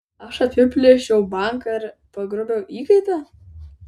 aš apiplėšiau banką ir pagrobiau įkaitą